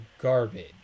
garbage